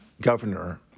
governor